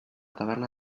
taverna